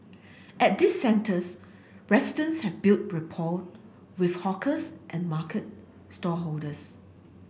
at these centres residents have built rapport with hawkers and market stallholders